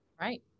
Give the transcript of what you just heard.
Right